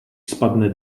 spadne